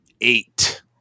eight